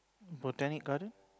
Botanic Garden